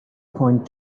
point